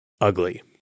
Ugly